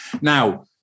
Now